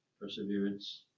perseverance